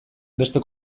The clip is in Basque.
beste